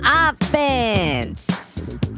offense